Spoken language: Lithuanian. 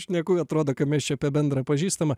šneku atrodo kad mes čia apie bendrą pažįstamą